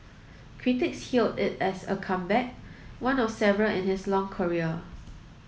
critics hailed it as a comeback one of several in his long career